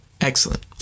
Excellent